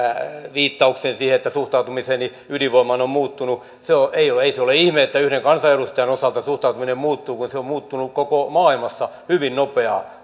viittaukseen siihen että suhtautumiseni ydinvoimaan on on muuttunut niin ei se ole ihme että yhden kansanedustajan osalta suhtautuminen muuttuu kun se on muuttunut koko maailmassa hyvin nopeaa